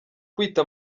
kwita